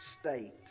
state